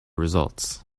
results